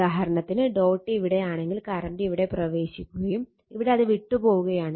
ഉദാഹരണത്തിന് ഡോട്ട് ഇവിടെയാണെങ്കിൽ കറണ്ട് ഇവിടെ പ്രവേശിക്കുകയും ഇവിടെ അത് വിട്ട് പോവുകയുമാണ്